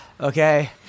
Okay